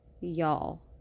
y'all